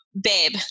babe